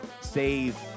save